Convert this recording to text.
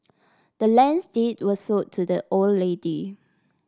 the land's deed was sold to the old lady